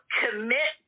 commit